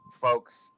folks